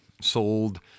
sold